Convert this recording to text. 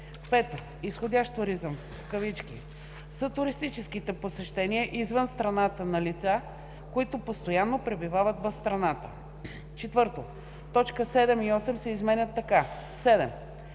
5. „Изходящ туризъм“ са туристическите посещения извън страната на лица, които постоянно пребивават в страната.“ 4. Точки 7 и 8 се изменят така: „7.